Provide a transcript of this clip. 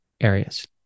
areas